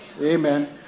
Amen